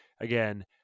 again